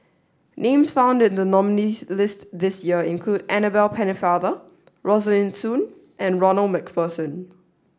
names found in the nominees list this year include Annabel Pennefather Rosaline Soon and Ronald MacPherson